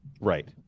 right